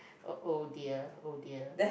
oh oh dear oh dear